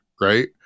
right